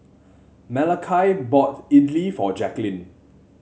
Malachi bought Idili for Jaquelin